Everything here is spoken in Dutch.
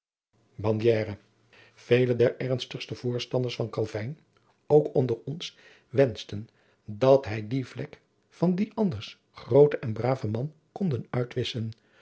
vele der ernstigste voorstanders van calvyn ook onder ons wenschten dat zij die vlek van dien anders grooten en braven man konden uitwisschen